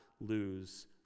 lose